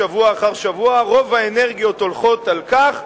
שבוע אחר שבוע רוב האנרגיות הולכות על כך,